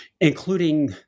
including